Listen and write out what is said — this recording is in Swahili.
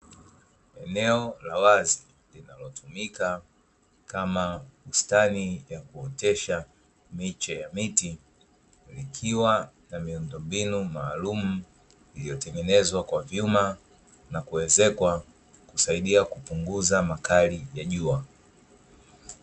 Eneo la wazi linalotumika kama bustani ya kuotesha miche, ya miti ikiwa na miundombinu maalumu, iliotengenezwa kwa vyuma na kuezekwa kusaidia kupunguza makali ya jua.